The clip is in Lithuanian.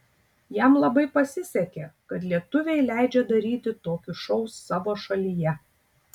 jam labai pasisekė kad lietuviai leidžia daryti tokį šou savo šalyje